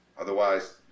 Otherwise